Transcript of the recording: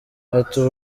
ati